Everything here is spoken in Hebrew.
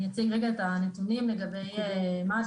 אני אציג את הנתונים לגבי מה"ט,